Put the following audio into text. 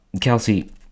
kelsey